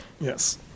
yes